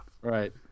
Right